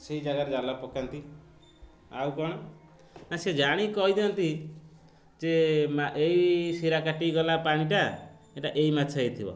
ସେହି ଜାଗାରେ ଜାଲ ପକାନ୍ତି ଆଉ କ'ଣ ନା ସେ ଜାଣିକି କହି ଦିଅନ୍ତି ଯେ ଏଇ ସିରା କାଟିଗଲା ପାଣିଟା ଏଇଟା ଏହି ମାଛ ହେଇଥିବ